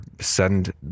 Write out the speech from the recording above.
send